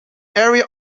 area